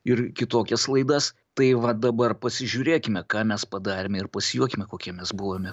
ir kitokias laidas tai va dabar pasižiūrėkime ką mes padarėme ir pasijuokime kokie mes buvome